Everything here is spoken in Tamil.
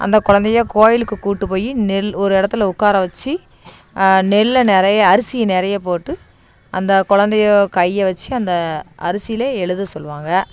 அந்த குழந்தைய கோவிலுக்கு கூட்டுப்போய் நெல் ஒரு இடத்துல உட்கார வச்சி நெல்லை நிறைய அரிசி நிறைய போட்டு அந்த குழந்தையோ கையை வச்சு அந்த அரிசியில் எழுத சொல்லுவாங்க